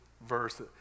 verse